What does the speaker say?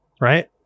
right